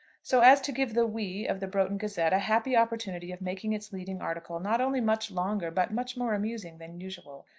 so as to give the we of the broughton gazette a happy opportunity of making its leading article not only much longer, but much more amusing, than usual.